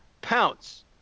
pounce